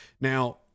Now